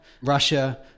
Russia